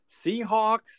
Seahawks